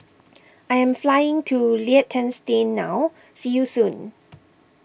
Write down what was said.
I am flying to Liechtenstein now see you soon